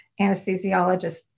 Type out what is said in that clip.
anesthesiologist